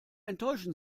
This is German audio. enttäuschen